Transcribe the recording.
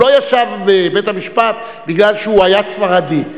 הוא לא ישב בבית-המשפט בגלל שהוא היה ספרדי,